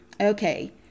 Okay